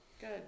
good